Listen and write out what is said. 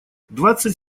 двадцать